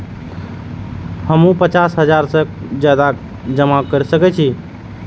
हमू पचास हजार से ज्यादा जमा कर सके छी?